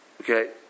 Okay